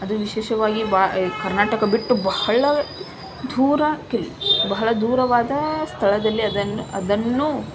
ಅದು ವಿಶೇಷವಾಗಿ ಬಾ ಕರ್ನಾಟಕ ಬಿಟ್ಟು ಬಹಳ ದೂರಕ್ಕೆ ಬಹಳ ದೂರವಾದ ಸ್ಥಳದಲ್ಲಿ ಅದನ್ನು ಅದನ್ನು